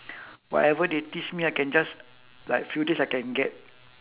whatever they teach me I can just like few days I can get